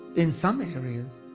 in some areas,